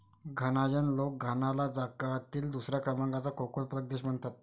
घानायन लोक घानाला जगातील दुसऱ्या क्रमांकाचा कोको उत्पादक देश म्हणतात